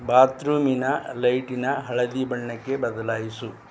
ಬಾತ್ ರೂಮಿನ ಲೈಟಿನ ಹಳದಿ ಬಣ್ಣಕ್ಕೆ ಬದಲಾಯಿಸು